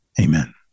Amen